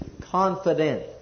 confident